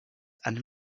and